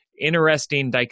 interesting